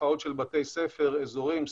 בתי ספר אזוריים,